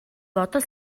бодол